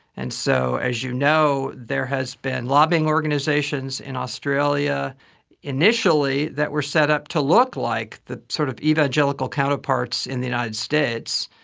and so, as you know, there has been lobbying organisations in australia initially that were set up to look like the sort of evangelical counterparts in the united states.